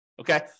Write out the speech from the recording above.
okay